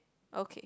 okay